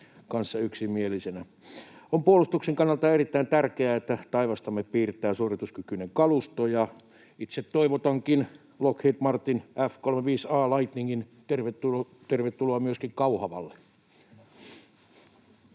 yksimielisinä. On puolustuksen kannalta erittäin tärkeää, että taivastamme piirtää suorituskykyinen kalusto, ja itse toivotankin Lockheed Martin F-35A Lightningin tervetulleeksi myöskin Kauhavalle.